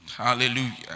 Hallelujah